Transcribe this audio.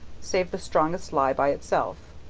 save the strongest ley by itself,